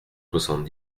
soixante